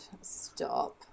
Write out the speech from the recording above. stop